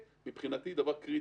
מבחינתי, זה דבר קריטי.